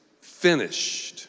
finished